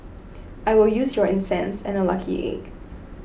I will use your incense and a lucky egg